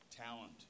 talent